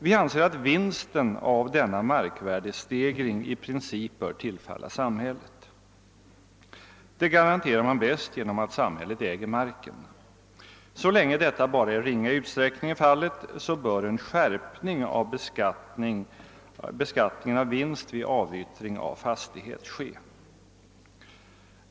Vi anser att vinsten av denna markvärdestegring i princip bör tillfalla samhället. Det garanterar man bäst genom att samhället äger marken. Så länge detta bara i ringa utsträckning är fallet, bör en skärpning av beskattningen av vinst vid avyttring av fastighet vara motiverad.